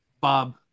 Bob